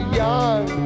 young